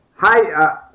Hi